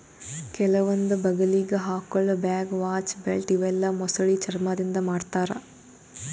ಕೆಲವೊಂದ್ ಬಗಲಿಗ್ ಹಾಕೊಳ್ಳ ಬ್ಯಾಗ್, ವಾಚ್, ಬೆಲ್ಟ್ ಇವೆಲ್ಲಾ ಮೊಸಳಿ ಚರ್ಮಾದಿಂದ್ ಮಾಡ್ತಾರಾ